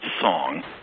song